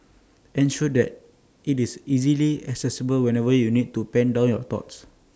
ensure that IT is easily accessible whenever you need to pen down your thoughts